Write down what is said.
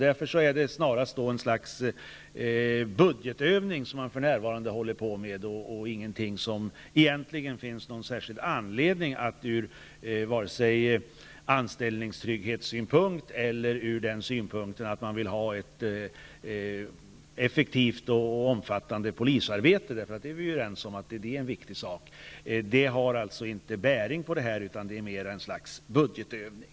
Då är det snarast en slags budgetövning som man för närvarande håller på med och ingenting som det egentligen finns någon anledning att hålla på med vare sig ur anställningstrygghetssynpunkt eller ur den synpunkten att man vill ha ett effektivt och omfattande polisarbete. Vi är ju överens om att detta är en viktig sak. Den har alltså inte bäring här, utan det är mer en slags budgetövning.